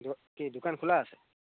কি দোকান খোলা আছে